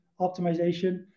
optimization